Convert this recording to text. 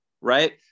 right